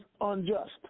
unjust